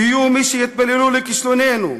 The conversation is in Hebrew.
יהיו מי שיתפללו לכישלוננו,